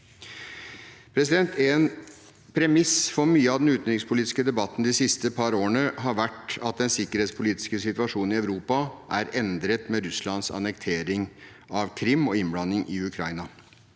av dette. En premiss for mye av den utenrikspolitiske debatten de siste par årene har vært at den sikkerhetspolitiske situasjonen i Europa er endret med Russlands annektering av Krim og innblanding i Ukraina